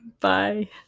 Bye